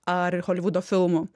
ar holivudo filmų